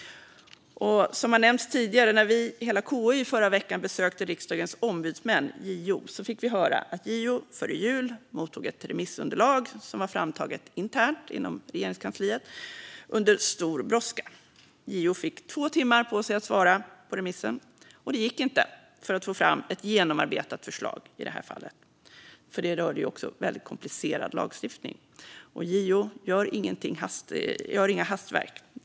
När hela KU i förra veckan besökte Riksdagens ombudsmän, JO, fick vi höra att JO före jul mottog ett remissunderlag som var framtaget internt inom Regeringskansliet under stor brådska. JO fick två timmar på sig att svara på remissen. Det räckte inte för att få fram ett genomarbetat förslag i det här fallet eftersom det rörde väldigt komplicerad lagstiftning. JO gör inga hastverk.